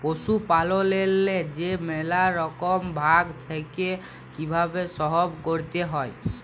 পশুপাললেল্লে যে ম্যালা রকম ভাগ থ্যাকে কিভাবে সহব ক্যরতে হয়